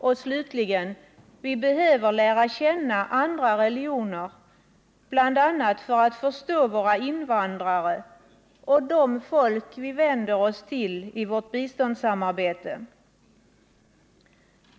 Och slutligen: Vi behöver lära känna andra religioner, bl.a. för att förstå våra invandrare och de folk vi vänder oss till i vårt biståndssamarbete.